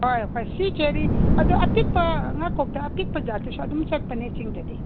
ꯍꯣꯏ ꯍꯣꯏ ꯁꯤ ꯆꯦꯔꯤ ꯑꯗꯨ ꯑꯄꯤꯛꯄ ꯉꯥ ꯀꯣꯛꯇꯥ ꯑꯄꯤꯛꯄ ꯖꯥꯠꯇꯨꯁꯨ ꯑꯗꯨꯝ ꯆꯠꯄꯅꯤ ꯆꯤꯡꯗꯗꯤ